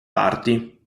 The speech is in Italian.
parti